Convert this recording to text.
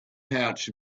pouch